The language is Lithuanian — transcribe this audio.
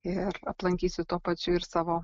ir aplankysiu tuo pačiu ir savo